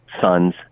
sons